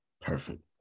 Perfect